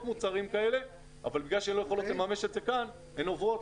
מוצרים כאלה אבל בגלל שהן לא יכולות לממש את זה כאן הן עוברות